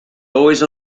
always